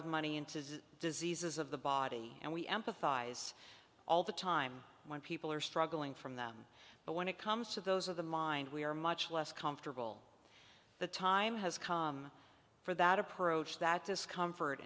of money into diseases of the body and we empathize all the time when people are struggling from them but when it comes to those of the mind we are much less comfortable the time has come for that approach that discomfort